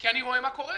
כי אני רואה מה קורה.